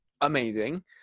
amazing